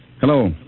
Hello